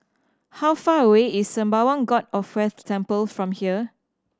how far away is Sembawang God of Wealth Temple from here